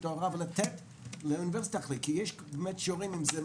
ההוראה ולתת לאוניברסיטה להחליט כי יש באמת שיעורים שאין